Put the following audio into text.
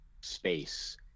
space